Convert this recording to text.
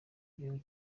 gihugu